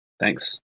Thanks